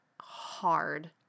hard